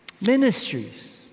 Ministries